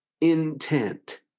intent